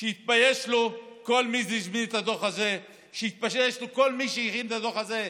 שיתבייש לו כל מי שהזמין את הדוח הזה.